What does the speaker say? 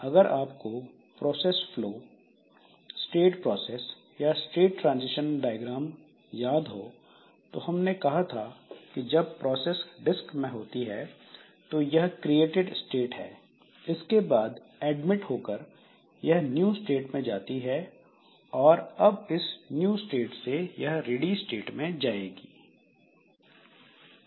अगर आपको process flow state process या स्टेट ट्रांजिशन डायग्राम याद हो तो हमने कहा था कि जब प्रोसेस डिस्क में होती है तो यह क्रिएटेड स्टेट है इसके बाद एडमिट होकर यह न्यू स्टेट में जाती है और अब इस न्यू स्टेट से यह रेडी स्टेट में जाएगी